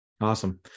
Awesome